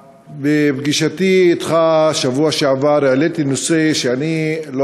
בפגישתי אתך בשבוע שעבר העליתי נושא שאני אפילו לא